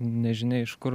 nežinia iš kur